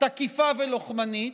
תקיפה ולוחמנית,